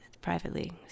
privately